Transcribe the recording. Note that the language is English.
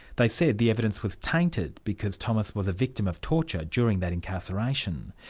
they said the evidence was tainted because thomas was a victim of torture during that incarceration.